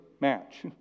match